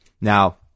Now